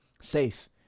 safe